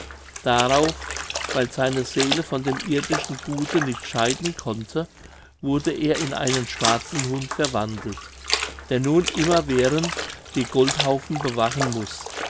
darauf weil seine seele von dem irdischen gute nicht scheiden konnte wurde er in einen schwarzen hund verwandelt der nun immerwährend die goldhaufen bewachen muß